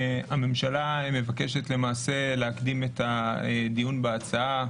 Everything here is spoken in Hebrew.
הממשלה מבקשת למעשה להקדים את הדיון בהצעה.